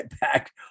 back